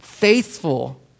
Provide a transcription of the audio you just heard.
faithful